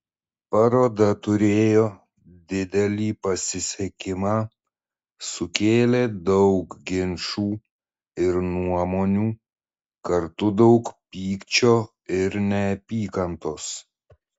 paroda turėjo didelį pasisekimą sukėlė daug ginčų ir nuomonių kartu daug pykčio ir neapykantos